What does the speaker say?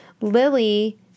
Lily